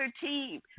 team